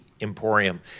emporium